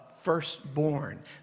firstborn